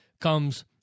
comes